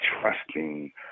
trusting